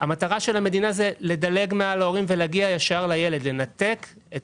המטרה של המדינה היא לדלג מעל ההורים ולהגיע ישר לילד; לנתק את